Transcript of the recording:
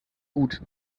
gut